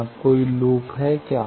अब कोई लूप है क्या